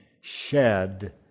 shed